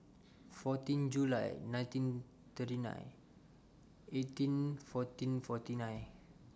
fourteen July nineteen thirty nine eighteen fourteen forty nine